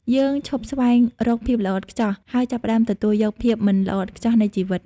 យើងឈប់ស្វែងរកភាពល្អឥតខ្ចោះ ហើយចាប់ផ្តើមទទួលយក "ភាពមិនល្អឥតខ្ចោះ" នៃជីវិត។